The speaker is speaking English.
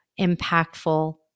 impactful